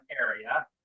area